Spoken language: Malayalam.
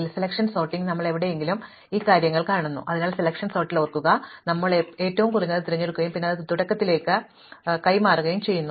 കാരണം സെലക്ഷൻ സോർട്ടിംഗിൽ നമ്മൾ എവിടെയെങ്കിലും ഈ വിദൂര കാര്യങ്ങൾ ചെയ്യുന്നു അതിനാൽ സെലക്ഷൻ സോർട്ടിൽ ഓർക്കുക ഞങ്ങൾ ഏറ്റവും കുറഞ്ഞത് തിരഞ്ഞെടുക്കുകയും പിന്നീട് അത് തുടക്കത്തിലേക്ക് കൈമാറുകയും ചെയ്യുന്നു